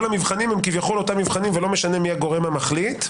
כל המבחנים הם כביכול אותם מבחנים ולא משנה מי הגורם המחליט.